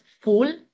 full